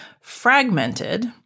fragmented